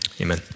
amen